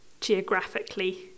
geographically